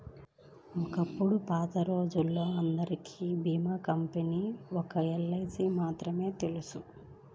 ఒకప్పుడు పాతరోజుల్లో అందరికీ భీమా కంపెనీ ఒక్క ఎల్ఐసీ మాత్రమే అందరికీ తెలుసు